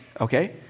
okay